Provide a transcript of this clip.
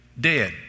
dead